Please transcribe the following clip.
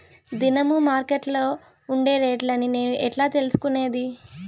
దినము మార్కెట్లో ఉండే రేట్లని నేను ఎట్లా తెలుసుకునేది?